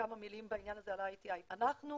וכמה מילים בעניין הזה על IATI. אנחנו